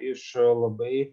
iš labai